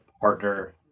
partner